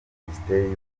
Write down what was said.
minisiteri